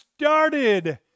started